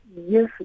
Yes